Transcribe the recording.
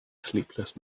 sleepless